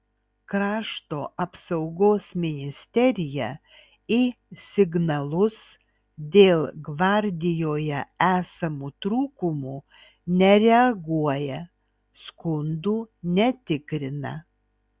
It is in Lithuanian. krašto apsaugos ministerija į signalus dėl gvardijoje esamų trūkumų nereaguoja skundų netikrina